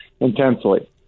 intensely